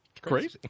Crazy